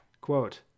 Quote